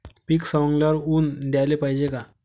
पीक सवंगल्यावर ऊन द्याले पायजे का?